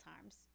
times